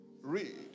Read